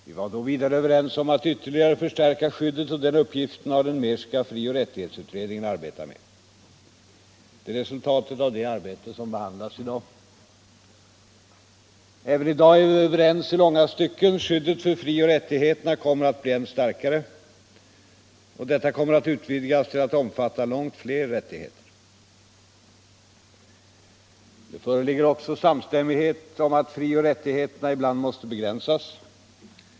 Vi var då vidare överens om att ytterligare förstärka skyddet, och den uppgiften har den Mehrska frioch rättighetsutredningen arbetat med. Det är resultatet av det arbetet som behandlas i dag. Även i dag är vi överens i långa stycken. Skyddet för frioch rättigheterna kommer att bli än starkare, och detta kommer att utvidgas till att omfatta långt fler rättigheter. Det föreligger också samstämmighet om att frioch rättigheterna ibland måste begränsas.